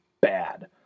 bad